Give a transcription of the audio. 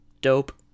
dope